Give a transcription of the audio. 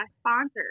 sponsors